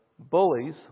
Bullies